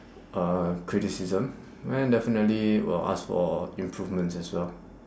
uh criticism and definitely will ask for improvements as well